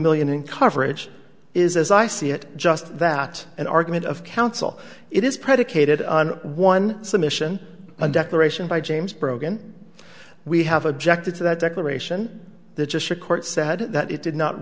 million in coverage is as i see it just that an argument of counsel it is predicated on one submission a declaration by james brogan we have objected to that declaration the just the court said that it did not